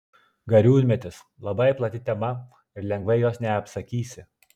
gariūnmetis labai plati tema ir lengvai jos neapsakysi